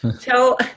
Tell